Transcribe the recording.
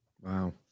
Wow